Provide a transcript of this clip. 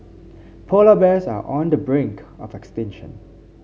polar bears are on the brink of extinction